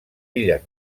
illes